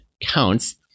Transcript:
counts